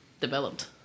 developed